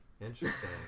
interesting